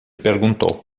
perguntou